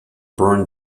burned